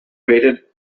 grated